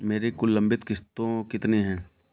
मेरी कुल लंबित किश्तों कितनी हैं?